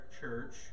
church